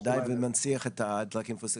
ודאי, וננציח את הדלקים הפוסיליים.